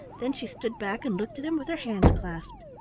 then she stood back and looked at him with her hands clasped.